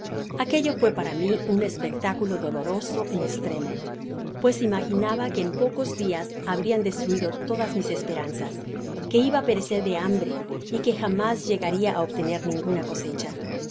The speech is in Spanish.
aquello fue para mi un espectáculo doloroso en estremo pues imaginaba que en pocos dias habrian destruido todas mis esperanzas que iba á perecer de hambre y que jamás llegaria á obtener nioguna cosecha